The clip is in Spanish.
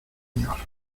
señor